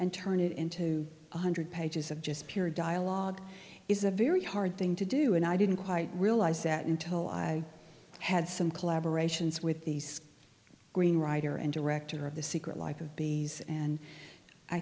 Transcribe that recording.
and turn it into one hundred pages of just pure dialogue is a very hard thing to do and i didn't quite realize that until i had some collaboration's with these green writer and director of the secret life of bees and i